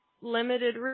limited